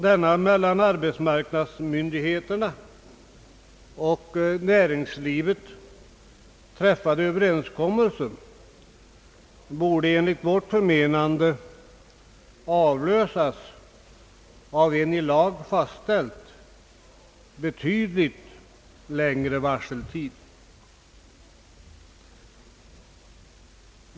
Den mellan arbetsmarknadsmyndigheterna och näringslivet träffade överenskommelsen borde enligt vårt förmenande avlösas av en i lag fastställd, betydligt längre varseltid.